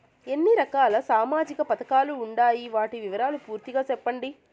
ఎన్ని రకాల సామాజిక పథకాలు ఉండాయి? వాటి వివరాలు పూర్తిగా సెప్పండి?